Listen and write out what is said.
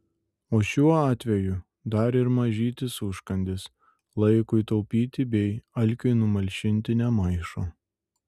o šiuo atveju dar ir mažytis užkandis laikui taupyti bei alkiui numalšinti nemaišo